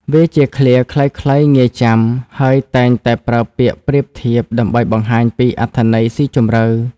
វាជាឃ្លាខ្លីៗ ងាយចាំ ហើយច្រើនតែប្រើពាក្យប្រៀបធៀបដើម្បីបង្ហាញពីអត្ថន័យស៊ីជម្រៅ។